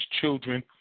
children